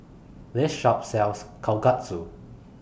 This Shop sells Kalguksu